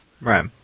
Right